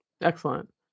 Excellent